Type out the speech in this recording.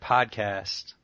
Podcast